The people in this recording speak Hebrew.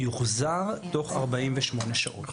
והוא יוחזר תוך 48 שעות.